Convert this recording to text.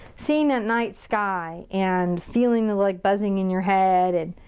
seeing that night sky. and feeling the, like, buzzing in your head.